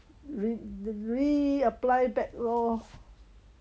re th~ reapply back lor